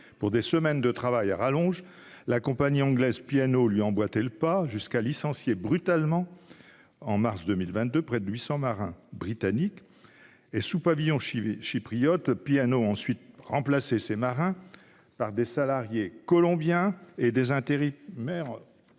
pour des semaines de travail à rallonge. La compagnie anglaise P&O Ferries lui a emboîté le pas, jusqu'à licencier brutalement, en mars 2022, près de 800 marins britanniques. Grâce au pavillon chypriote, P&O Ferries a ensuite remplacé ces marins par des salariés colombiens et des intérimaires